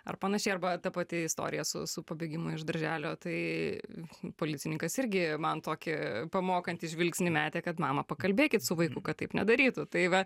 ar panašiai arba ta pati istorija su su pabėgimu iš darželio tai policininkas irgi man tokį pamokantį žvilgsnį metė kad mama pakalbėkit su vaiku kad taip nedarytų tai va